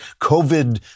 COVID